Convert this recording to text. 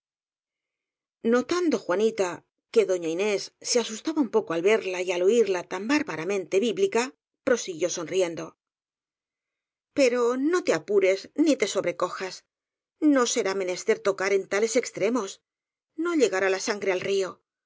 notando juanita que doña inés se asustaba un poco al verla y al oirla tan bárbaramente bíblica prosiguió sonriendo pero no te apures ni te sobrecojas no será menester tocar en tales extremos no llegará la sangre al río